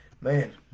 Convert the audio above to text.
Man